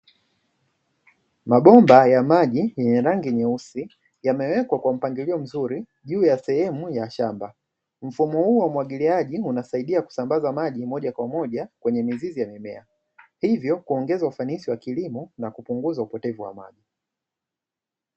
mabomba ya maji yenye rangi nyeusi yamewekwa kwa mpangilio mzuri juu ya sehemu ya shamba mfumo huu wa umwagiliaji, unasaidia kusambaza maji moja kwa moja kwenye mizizi ya mimea hivyo kuongeza ufanisi wa kilimo n a kupunguza upotevu wa maji.